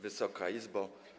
Wysoka Izbo!